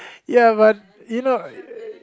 ya but you know